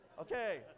Okay